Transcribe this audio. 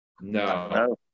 No